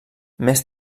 més